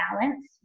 balance